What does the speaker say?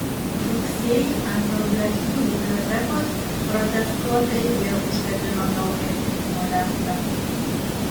rugsėjį ant vrublevskių bibliotekos protestuotojai vėl užkabino naują atminimo lentą